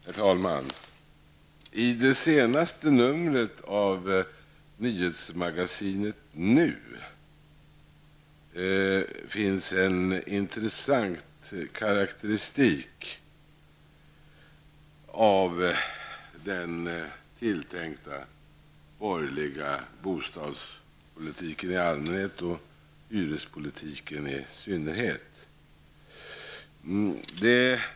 Herr talman! I det senaste numret av nyhetsmagasinet Nu finns en intressant karakteristik av den tilltänkta borgerliga bostadspolitiken i allmänhet och hyrespolitiken i synnerhet.